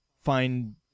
find